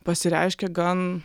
pasireiškia gan